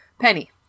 Penny